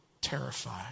terrified